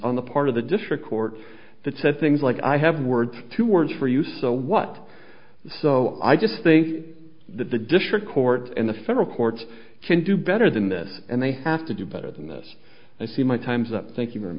on the part of the district court that said things like i have words two words for you so what so i just think that the district court and the federal courts can do better than this and they have to do better than this and i see my time's up thank you